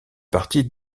partie